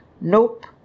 Nope